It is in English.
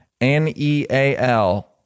N-E-A-L